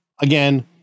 Again